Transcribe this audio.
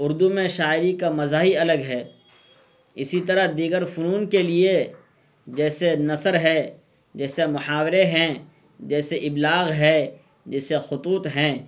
اردو میں شاعری کا مزہ ہی الگ ہے اسی طرح دیگر فنون کے لیے جیسے نثر ہے جیسے محاورے ہیں جیسے ابلاغ ہے جیسے خطوط ہیں